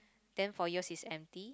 then for yours is empty